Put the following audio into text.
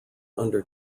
under